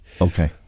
Okay